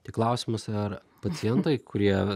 tik klausimas ar pacientai kurie